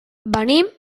venim